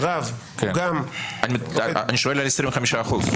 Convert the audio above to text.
אני שואל על ה-25%.